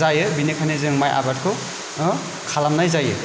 जायो बिनिखायनो जों माइ आबादखौ खालामनाय जायो